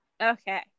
Okay